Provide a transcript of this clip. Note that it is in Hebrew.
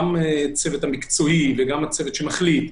גם הצוות המקצועי וגם הצוות שמחליט,